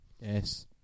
Yes